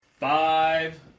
five